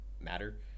matter